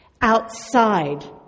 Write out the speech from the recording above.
outside